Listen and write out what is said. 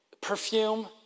Perfume